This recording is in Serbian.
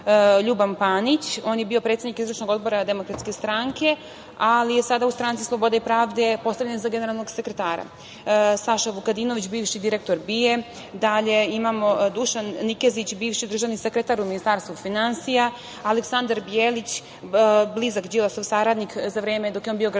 Ljuban Panić, on je bio predsednik Izvršnog odbora Demokratske stranke, ali je sada u Stranci sloboda i pravde postavljen za generalnog sekretara, Saša Vukadinović, bivši direktor BIA-e, dalje, Dušan Nikezić, bivši državni sekretar u Ministarstvu finansija, Aleksandar Bjelić, blizak Đilasov saradnik za vreme dok je on bio gradonačelnik